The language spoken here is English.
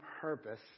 purpose